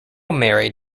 married